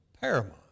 paramount